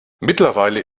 mittlerweile